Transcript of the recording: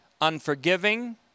unforgiving